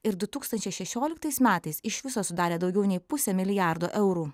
ir du tūkstančiai šešioliktais metais iš viso sudarė daugiau nei pusę milijardo eurų